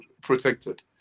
protected